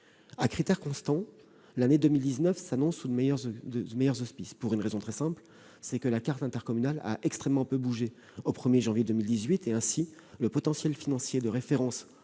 À critères constants, l'année 2019 s'annonce sous de meilleurs auspices, pour une raison très simple : la carte intercommunale a extrêmement peu bougé au 1 janvier 2018. Ainsi, le potentiel financier agrégé de référence